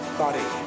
body